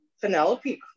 Penelope